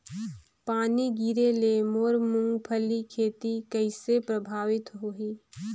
पानी गिरे ले मोर मुंगफली खेती कइसे प्रभावित होही?